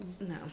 No